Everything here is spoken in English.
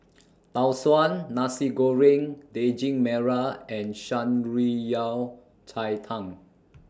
Tau Suan Nasi Goreng Daging Merah and Shan Rui Yao Cai Tang